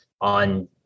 on